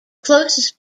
closest